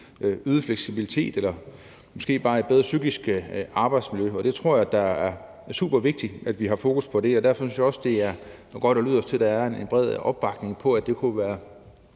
øget fleksibilitet eller måske bare et bedre psykisk arbejdsmiljø. Og det tror jeg er supervigtigt at vi har fokus på. Derfor synes jeg også, at det er godt, at der lød til at være en bred opbakning til, at det kunne være